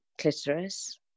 clitoris